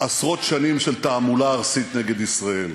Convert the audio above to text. עשרות שנים של תעמולה ארסית נגד ישראל,